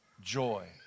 joy